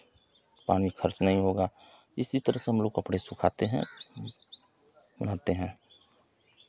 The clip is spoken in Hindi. पानी खर्च नहीं होगा इसी तरह से हमलोग कपड़े सुखाते हैं नहाते हैं